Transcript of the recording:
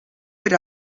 per